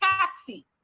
Taxi